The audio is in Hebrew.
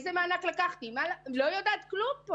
אני כבר לא יודעת כלום.